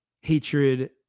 hatred